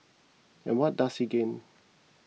and what does he gain